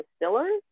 distillers